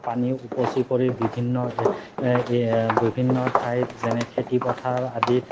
পানী উপচি পৰি বিভিন্ন এই বিভিন্ন ঠাইত যেনে খেতি পথাৰ আদিত